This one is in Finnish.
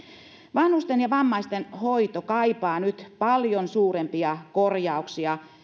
vanhusten ja vammaisten hoito kaipaa nyt paljon suurempia korjauksia